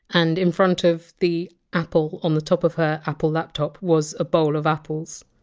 and in front of the apple on the top of her apple laptop was a bowl of apples.